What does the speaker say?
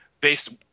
based